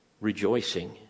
rejoicing